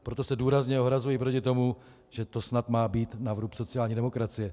Proto se důrazně ohrazuji proti tomu, že to snad má být na vrub sociální demokracie.